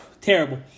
Terrible